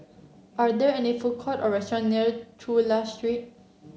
are there any food court or restaurant near Chulia Street